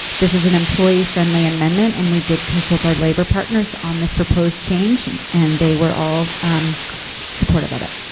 this is an employee friendly amendment and we did consult our labor partners on this proposed change and and they were all supportive of it.